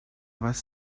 was